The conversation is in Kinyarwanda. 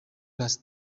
plus